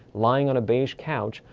lying on a beige couch,